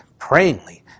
prayingly